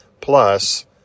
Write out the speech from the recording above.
plus